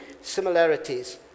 similarities